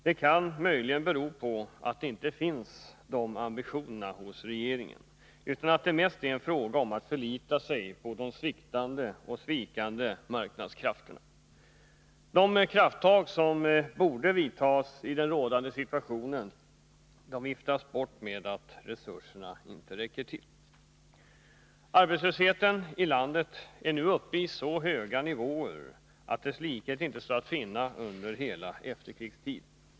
Detta kan möjligen bero på att de ambitionerna inte finns hos regeringen, utan att det mest är en fråga om förlita sig på de svikande och sviktande marknadskrafterna. De krafttag som borde vidtas i den rådande situationen viftas bort med att resurserna inte räcker till. Arbetslösheten i landet är nu uppe i så höga nivåer att dess likhet inte står att finna under hela efterkrigstiden.